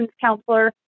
counselor